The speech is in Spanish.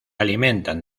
alimentan